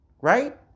right